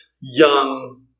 young